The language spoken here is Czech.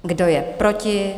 Kdo je proti?